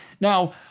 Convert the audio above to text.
Now